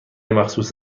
مخصوص